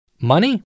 money